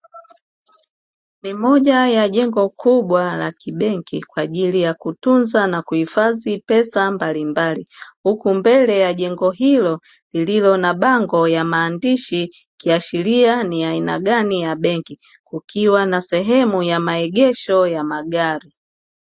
Ni moja ya jengo kubwa la kibenki kwaajili ya kutunza na kuhifadhi pesa mbalimbali; huku mbele ya jengo hilo lililo na bango ya maandishi ikiashiria ni aina gani ya benki, kukiwa na sehemu ya maegesho ya magari.